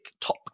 top